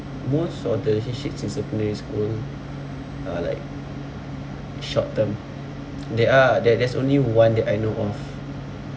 most of the in secondary school are like short term they are there there's only one that I know of